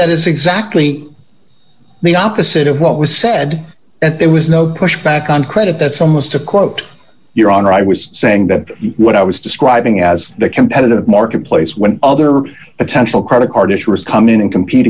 that is exactly the opposite of what was said that there was no pushback on credit that's almost a quote your honor i was saying that what i was describing as the competitive marketplace when other potential credit card issuers come in and compete